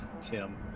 Tim